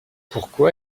pourquoi